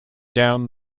down